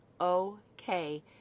okay